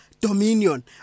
dominion